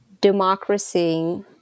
Democracy